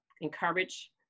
encourage